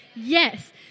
Yes